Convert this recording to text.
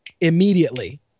immediately